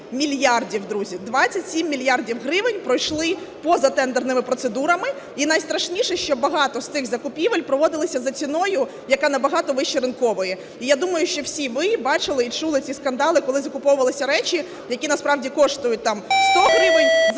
мільярдів, друзі, 27 мільярдів гривень пройшли поза тендерними процедурами. І найстрашніше, що багато з цих закупівель проводилися за ціною, яка набагато вища ринкової. І я думаю, що всі ви бачили і чули ці скандали, коли закуповувалися речі, які насправді коштують 100 гривень,